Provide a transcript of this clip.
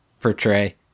portray